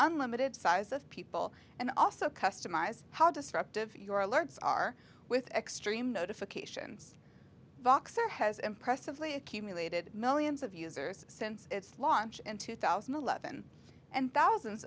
unlimited size of people and also customize how disruptive your alerts are with extreme notifications voxer has impressively accumulated millions of users since its launch in two thousand and eleven and thousands